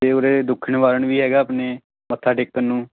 ਅਤੇ ਉਰੇ ਦੁੱਖ ਨਿਵਾਰਨ ਵੀ ਹੈਗਾ ਆਪਣੇ ਮੱਥਾ ਟੇਕਣ ਨੂੰ